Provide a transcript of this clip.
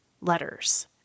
letters